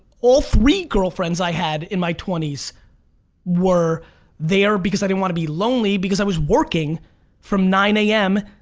all three girlfriends i had in my twenty s were there because i didn't wanna be lonely because i was working from nine zero a m.